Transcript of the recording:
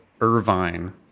Irvine